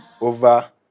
over